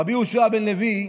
רבי יהושע בן לוי,